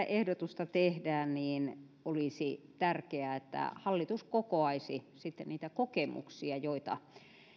ehdotusta tehdään olisi tärkeää että hallitus kokoaisi sitten niitä kokemuksia joita